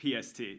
PST